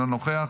אינו נוכח,